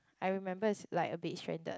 I remember is like a bit stranded